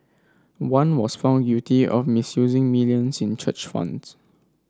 one was found guilty of misusing millions in church funds